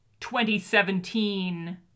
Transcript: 2017